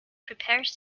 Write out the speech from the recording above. prepares